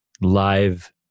Live